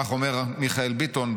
כך אומר מיכאל ביטון,